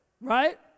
Right